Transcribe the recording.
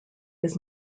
his